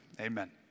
Amen